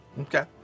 Okay